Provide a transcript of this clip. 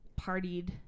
partied